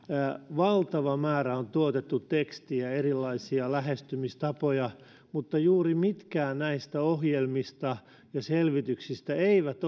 valtava määrä on tuotettu tekstiä on erilaisia lähestymistapoja mutta juuri mitkään näistä ohjelmista ja selvityksistä eivät